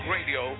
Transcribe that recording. Radio